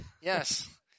Yes